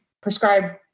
prescribe